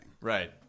Right